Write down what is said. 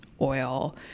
oil